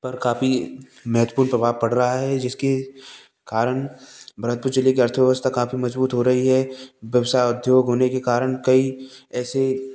पर काफ़ी महत्वपूर्ण प्रभाव पड़ रहा है जिसके कारण भरतपुर ज़िले की अर्थव्यवस्था काफ़ी मज़बूत हो रही है व्यवसाय उद्योग होने के कारण कई ऐसे